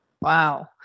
Wow